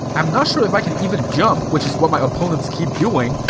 i'm not sure if i can even jump, which is what my opponents keep doing.